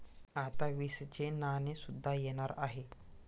आता वीसचे नाणे सुद्धा येणार आहे